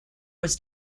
was